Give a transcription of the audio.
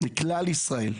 לכלל ישראל.